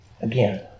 Again